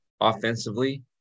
offensively